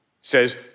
says